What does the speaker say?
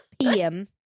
pm